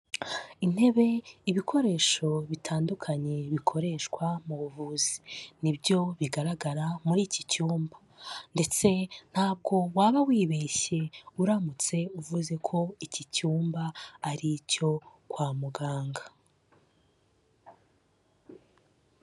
Intebe, ibikoresho bitandukanye bikoreshwa mu buvuzi, nibyo bigaragara muri iki cyumba ndetse ntabwo waba wibeshye uramutse uvuze ko iki cyumba ari icyo kwa muganga.